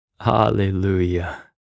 Hallelujah